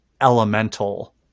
elemental